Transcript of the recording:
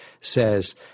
says